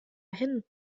hin